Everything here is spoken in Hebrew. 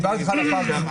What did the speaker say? דיברתי איתך על הפארקים,